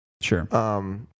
Sure